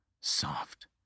soft